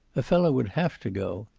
a fellow would have to go.